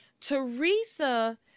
Teresa